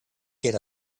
get